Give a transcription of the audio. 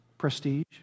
Prestige